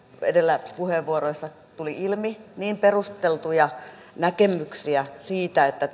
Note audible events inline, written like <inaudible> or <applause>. edellä puheenvuoroissa tuli ilmi niin perusteltuja näkemyksiä siitä että <unintelligible>